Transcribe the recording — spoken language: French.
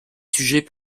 sujets